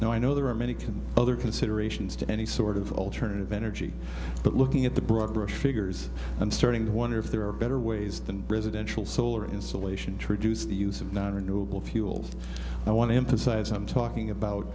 now i know there are many other considerations to any sort of alternative energy but looking at the broad brush figures i'm starting to wonder if there are better ways than presidential solar insolation the use of not renewable fuels i want to emphasize i'm talking about